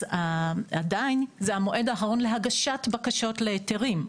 עדיין זה המועד האחרון להגשת בקשות להיתרים.